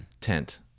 Tent